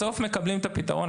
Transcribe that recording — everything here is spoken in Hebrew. בסוף מקבלים את הפתרון.